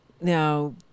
now